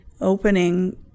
opening